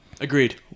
Agreed